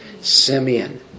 Simeon